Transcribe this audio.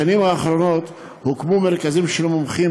בשנים האחרונות הוקמו מרכזים של מומחים